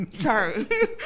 Sorry